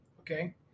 okay